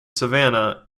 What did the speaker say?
savannah